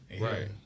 Right